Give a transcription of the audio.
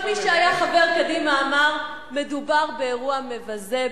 וכל מי שהיה חבר קדימה אמר: מדובר באירוע מבזה,